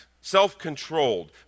self-controlled